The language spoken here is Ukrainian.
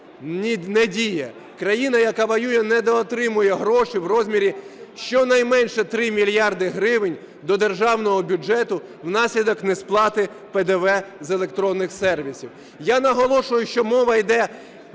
воює, не діє. Країна, яка воює, недоотримує гроші в розмірі щонайменше 3 мільярди гривень до державного бюджету внаслідок несплати ПДВ з електронних сервісів. Я наголошую, що мова йде